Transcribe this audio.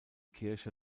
kirche